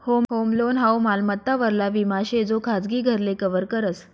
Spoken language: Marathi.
होम लोन हाऊ मालमत्ता वरला विमा शे जो खाजगी घरले कव्हर करस